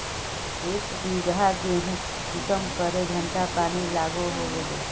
एक बिगहा गेँहूत कुंसम करे घंटा पानी लागोहो होबे?